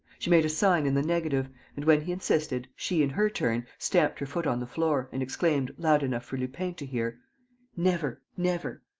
she made a sign in the negative and, when he insisted, she, in her turn, stamped her foot on the floor and exclaimed, loud enough for lupin to hear never. never.